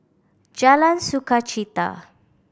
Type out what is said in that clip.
Jalan Sukachita